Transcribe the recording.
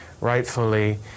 rightfully